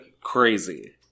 crazy